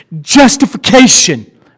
justification